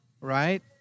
Right